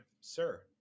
Sir